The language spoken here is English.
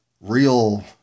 real